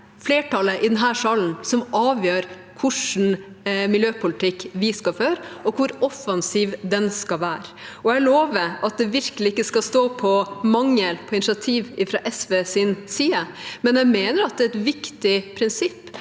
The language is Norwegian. flertallet i denne salen som avgjør hva slags miljøpolitikk vi skal føre, og hvor offensiv den skal være. Jeg lover at det virkelig ikke skal stå på mangel på initiativ fra SVs side, men jeg mener at det er et viktig prinsipp